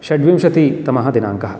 षड्विंशतितमः दिनाङ्कः